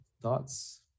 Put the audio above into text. thoughts